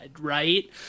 right